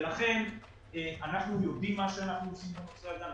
לכן אנחנו יודעים מה שאנחנו עושים בנושא הזה,